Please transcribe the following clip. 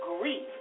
grief